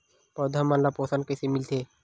पौधा मन ला पोषण कइसे मिलथे?